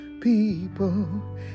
people